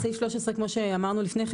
סעיף 13 כמו שאמרנו לפני כן,